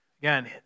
Again